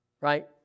right